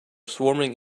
swarming